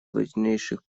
важнейших